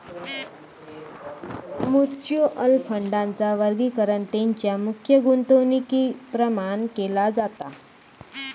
mutual फंडांचा वर्गीकरण तेंच्या मुख्य गुंतवणुकीप्रमाण केला जाता